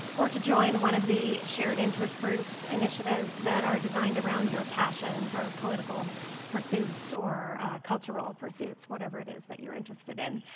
or to join one of the shared interest groups initiatives that are designed around your passions or political pursuits or cultural pursuits whatever it is that you're interested in.